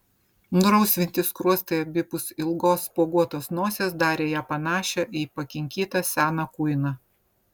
nurausvinti skruostai abipus ilgos spuoguotos nosies darė ją panašią į pakinkytą seną kuiną